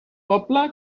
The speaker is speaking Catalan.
poble